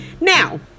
Now